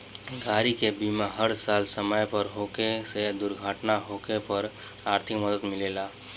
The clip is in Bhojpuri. गाड़ी के बीमा हर साल समय पर होखे से दुर्घटना होखे पर आर्थिक मदद मिलेला